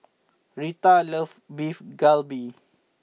Retta loves Beef Galbi